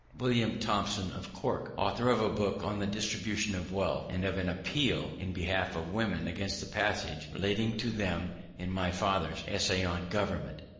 william thompson, of cork, author of a book on the distribution of wealth, and of an appeal in behalf of women against the passage relating to them in my father's essay on government.